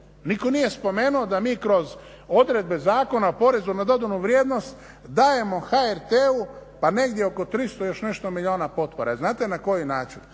nitko nije spomenuo da mi kroz odredbe Zakona o porezu na dodanu vrijednost dajemo HRT-u pa negdje oko 300 i još nešto milijuna potpore, jel znate na koji način?